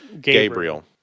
Gabriel